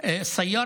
הסכום המשולם עבור